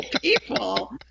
people